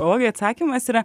o atsakymas yra